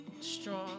strong